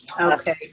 Okay